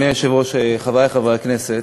אדוני היושב-ראש, חברי חברי הכנסת,